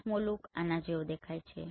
પાંચમો લૂક આના જેવો દેખાય છે